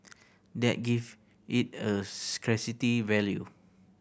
that give it a scarcity value